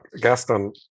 gaston